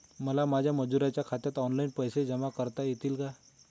मला माझ्या मजुरांच्या खात्यात ऑनलाइन पैसे जमा करता येतील का?